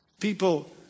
People